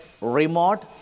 remote